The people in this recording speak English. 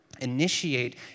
initiate